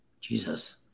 Jesus